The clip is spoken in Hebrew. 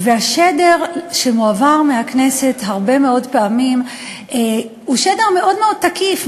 והשדר שמועבר מהכנסת הרבה מאוד פעמים הוא שדר מאוד מאוד תקיף,